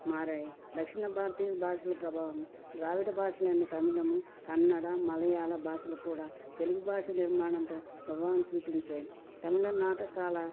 మారాయి దక్షిణ భారతీయ భాషల ప్రభావం ద్రావిడ భాషలైన తమిళము కన్నడ మలయాాళం భాషలు కూడా తెలుగు భాష నిర్మాణంపై ప్రభావం చూపించాయి తమిళ నాటకాల